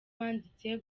wanditse